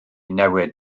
newid